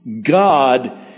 God